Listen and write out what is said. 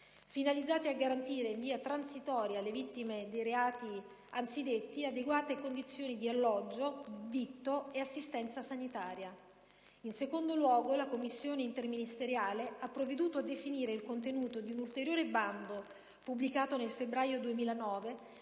finalizzati a garantire, in via transitoria, alle vittime dei reati anzidetti adeguate condizioni di alloggio, vitto ed assistenza sanitaria. In secondo luogo, la Commissione interministeriale ha provveduto a definire il contenuto di un ulteriore bando, pubblicato nel febbraio 2009,